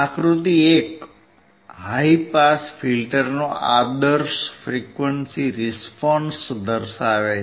આકૃતિ 1 high pass ફિલ્ટરનો આદર્શ ફ્રીક્વંસી રીસ્પોંસ દર્શાવે છે